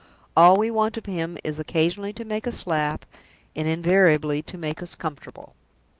all we want of him is occasionally to make us laugh and invariably to make us comfortable.